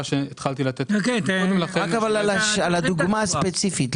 שהתחלתי לתת --- אבל רק על הדוגמה הספציפית,